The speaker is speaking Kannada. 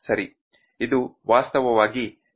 ಸರಿ ಇದು ವಾಸ್ತವವಾಗಿ ಸ್ಟೈಲಸ್ ಆಗಿದೆ